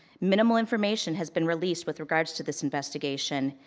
minimal information has been released with regards to this investigation.